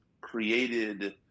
created